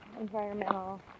environmental